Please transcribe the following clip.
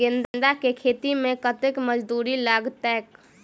गेंदा केँ खेती मे कतेक मजदूरी लगतैक?